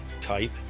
type